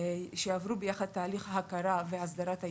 שיעברו יחד תהליך הכרה והסדרה.